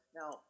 now